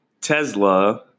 tesla